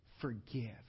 forgive